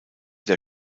der